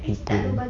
lupa